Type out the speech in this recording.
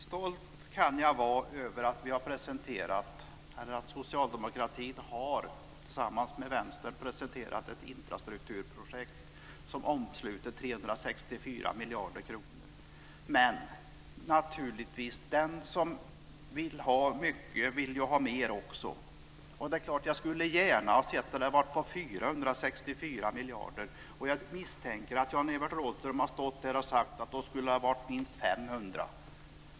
Fru talman! Stolt kan jag vara över att socialdemokratin tillsammans med vänstern har presenterat ett infrastrukturprojekt som omsluter 364 miljarder kronor. Men den som vill ha mycket vill naturligtvis också ha mer. Det är klart att jag gärna hade sett att det varit 464 miljarder. Jag misstänker att Jan-Evert Rådhström då hade sagt att det skulle ha varit minst 500 miljarder.